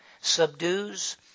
subdues